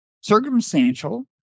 circumstantial